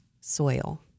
soil